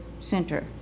center